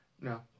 No